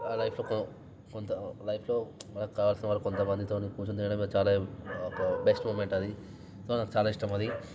లైఫ్లతో కొంత లైఫ్లో మనకి కావలసిన కొంతమందితోని కూర్చుని తినడం చాలా ఒక బెస్ట్ మూమెంట్ అది సో నాకు చాలా ఇష్టం అది